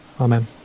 Amen